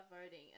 voting